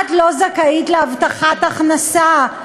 את לא זכאית להבטחת הכנסה,